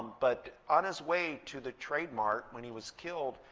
but on his way to the trade mart when he was killed,